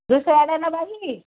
ରୋଷେୟାଟା ନେବା କି